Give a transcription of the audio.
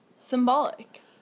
symbolic